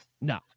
No